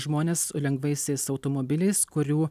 žmones lengvaisiais automobiliais kurių